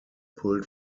pulled